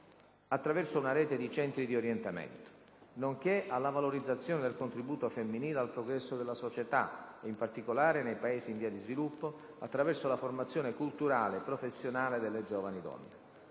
attraverso una rete di centri di orientamento, nonché alla valorizzazione del contributo femminile al progresso della società, in particolare nei Paesi di via di sviluppo, attraverso la formazione culturale e professionale delle giovani donne.